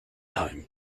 time